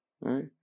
Right